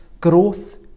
growth